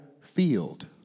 field